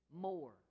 More